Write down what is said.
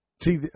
See